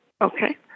Okay